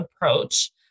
approach